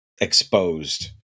exposed